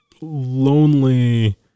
lonely